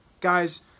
Guys